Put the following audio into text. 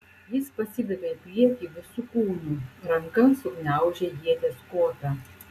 jis pasidavė į priekį visu kūnu ranka sugniaužė ieties kotą